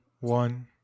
one